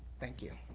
thank you.